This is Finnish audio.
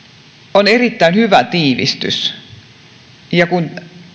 on erittäin hyvä tiivistys kun